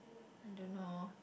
I don't know